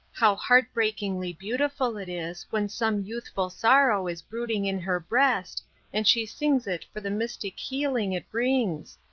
how heartbreakingly beautiful it is when some youthful sorrow is brooding in her breast and she sings it for the mystic healing it brings.